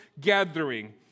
gathering